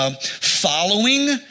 Following